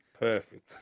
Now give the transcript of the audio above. Perfect